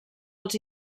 els